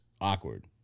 awkward